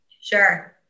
Sure